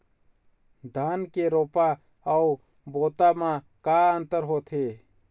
धन के रोपा अऊ बोता म का अंतर होथे?